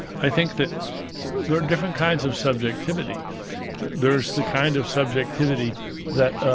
i think that there are different kinds of subjectivity that there's the kind of subjectivity that,